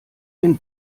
den